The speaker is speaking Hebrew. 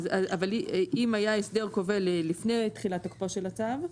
אבל אם היה הסדר כובל לפני תחילת תוקפו של הצו,